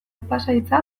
pasahitza